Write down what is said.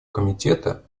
комитета